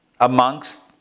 amongst